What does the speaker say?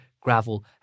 gravel